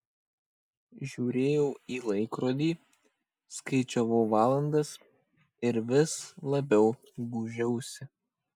žiūrėjau į laikrodį skaičiavau valandas ir vis labiau gūžiausi